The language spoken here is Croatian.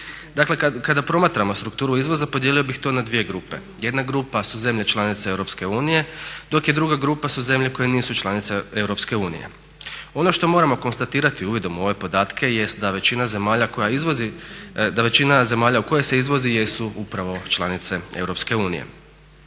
Dakle, kada promatramo strukturu izvoza podijelio bih to na dvije grupe. Jedna grupa su zemlje članice EU dok druga grupa su zemlje koje nisu članice EU. Ono što moramo konstatirati uvidom u ove podatke jest da većina zemalja u koje se izvozi jesu upravo članice EU.